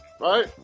right